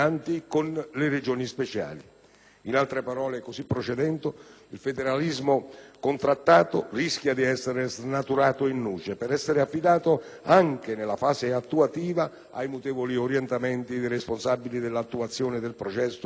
In altre parole, così procedendo, il federalismo contrattato rischia di essere snaturato *in nuce*, per essere affidato, anche nella fase attuativa, ai mutevoli orientamenti dei responsabili dell'attuazione del processo, innescando un processo emulativo